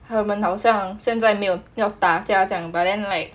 他好像现在要打仗这样 but then like